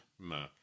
No